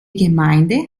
gemeinde